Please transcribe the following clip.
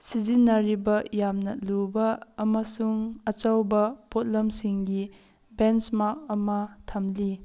ꯁꯤꯖꯤꯟꯅꯔꯤꯕ ꯌꯥꯝꯅ ꯂꯨꯕ ꯑꯃꯁꯨꯡ ꯑꯆꯧꯕ ꯄꯣꯠꯂꯝꯁꯤꯡꯒꯤ ꯕꯦꯟꯆ ꯃꯥꯔꯛ ꯑꯃ ꯊꯝꯂꯤ